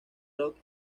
rock